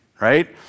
right